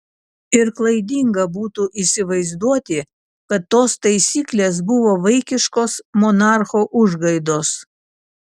ir klaidinga būtų įsivaizduoti kad tos taisyklės buvo vaikiškos monarcho užgaidos